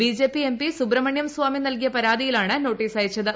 B J P M P Subramanian Swamy നൽകിയ പരാതിയിലാണ് notice അയച്ചത്